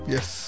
Yes